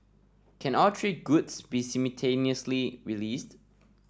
can all three goods be simultaneously realised